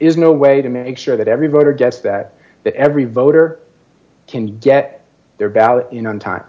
is no way to make sure that every voter gets that that every voter can get their ballot in on time